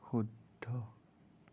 শুদ্ধ